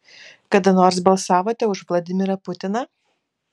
kada nors balsavote už vladimirą putiną